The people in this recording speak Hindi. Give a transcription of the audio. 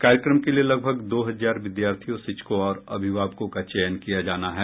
कार्यक्रम के लिये लगभग दो हजार विद्यार्थियों शिक्षको और अभिभावकों का चयन किया जाना है